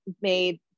made